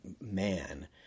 man